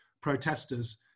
protesters